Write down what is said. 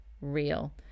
real